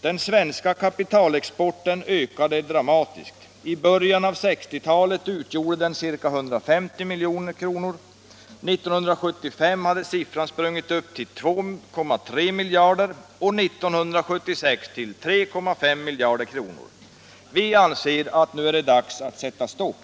Den svenska kapitalexporten har ökat dramatiskt. I början av 1960-talet utgjorde den ca 150 milj.kr. År 1975 hade siffran sprungit upp till 2,3 miljarder och 1976 till 3,5 miljarder. Vi anser att nu är det dags att sätta stopp.